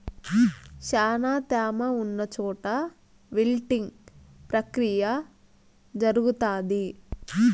శ్యానా త్యామ ఉన్న చోట విల్టింగ్ ప్రక్రియ జరుగుతాది